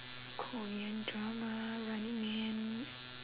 korean drama running man